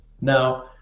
Now